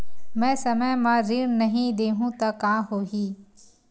मैं समय म ऋण नहीं देहु त का होही